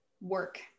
work